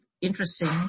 interesting